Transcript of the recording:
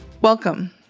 Welcome